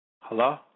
Hello